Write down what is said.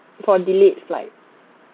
for delayed flight